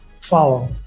follow